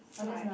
so I